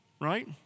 right